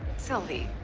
sylvie.